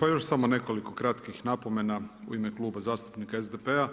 Pa još samo nekoliko kratkih napomena u ime Kluba zastupnika SDP-a,